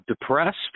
depressed